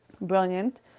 brilliant